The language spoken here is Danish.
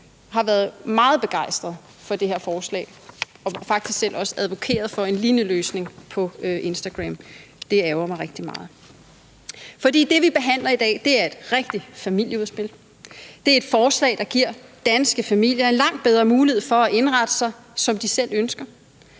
har været meget begejstret for det her forslag og faktisk også selv har advokeret for en lignende løsning på Instagram. Det ærgrer mig rigtig meget. For det, vi behandler i dag, er et rigtig familieudspil. Det er et forslag, der giver danske familier langt bedre mulighed for at indrette sig, som de selv ønsker.